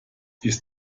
ist